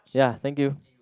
ya thank you